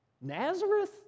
Nazareth